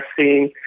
seeing